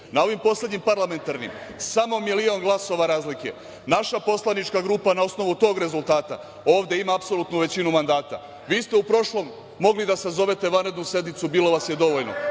Na ovim poslednjim parlamentarnim, samo milion glasova razlike. Naša poslanička grupa na osnovu tog rezultata, ovde ima apsolutnu većinu mandata, a vi ste u prošlom mogli da sazovete vanrednu sednicu bilo vas je dovoljno,